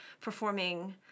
performing